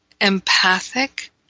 empathic